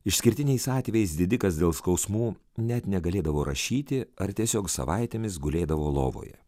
išskirtiniais atvejais didikas dėl skausmų net negalėdavo rašyti ar tiesiog savaitėmis gulėdavo lovoje